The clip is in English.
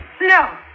No